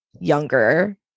younger